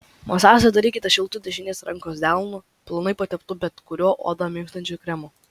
masažą darykite šiltu dešinės rankos delnu plonai pateptu bet kuriuo odą minkštinančiu kremu